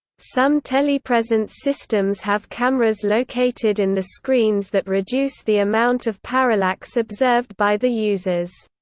some telepresence systems have cameras located in the screens that reduce the amount of parallax observed by the users.